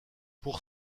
pour